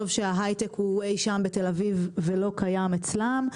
שהייטק הוא אי-שם בתל אביב ולא קיים אצלם,